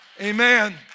Amen